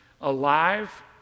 alive